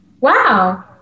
Wow